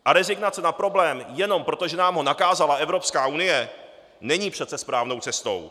A rezignace na problém jenom proto, že nám ho nakázala Evropská unie, není přece správnou cestou.